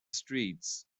streets